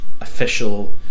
official